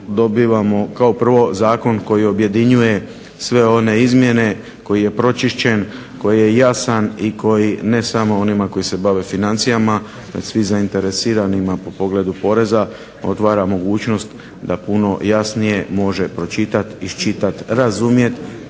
upravu kao prvo zakon koji objedinjuje sve one izmjene koji je pročišćen, koji je jasan i koji ne samo onima koji se bave financijama svi zainteresiranima po pogledu poreza otvara mogućnost da puno jasnije može pročitati, iščitati, razumjeti